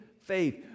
faith